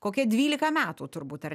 kokie dvylika metų turbūt ar